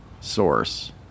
source